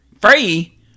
free